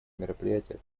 мероприятия